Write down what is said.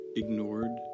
ignored